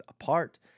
apart